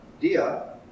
Dia